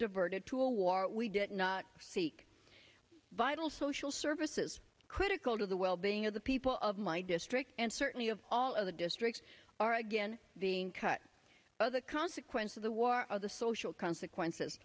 diverted to a war we did not seek vital social services critical to the well being of the people of my district and certainly of all other districts are again the other consequence of the war of the social consequences